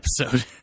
episode